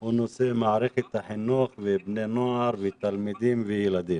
הוא נושא מערכת החינוך ובני הנוער ותלמידים וילדים.